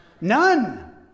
None